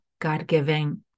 God-giving